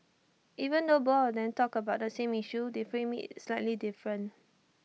even though both of them talked about the same issue they framed IT slightly different